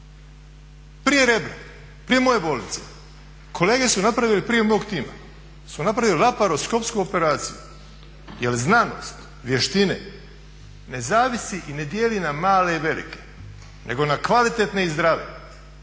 Prije Rebra, prije moje bolnice. Kolege su napravili prije mog tima su napravili laparoskopsku operaciju jer znanost, vještine, ne zavisi i ne dijeli na male i velike nego na kvalitetne i zdrave,